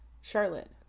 Charlotte